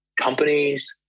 companies